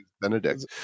benedict